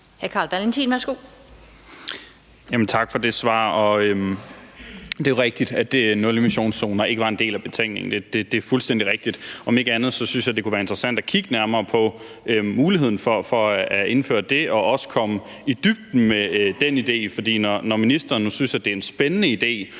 Tak for det svar. Det er jo fuldstændig rigtigt, at nulemissionszoner ikke var en del af betænkningen, men om ikke andet synes jeg, det kunne være interessant at kigge nærmere på muligheden for at indføre det og også komme i dybden med den idé. For når ministeren nu synes, det er en spændende idé